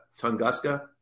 Tunguska